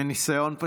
מניסיון,